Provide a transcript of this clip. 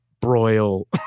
broil